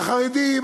החרדים,